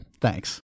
Thanks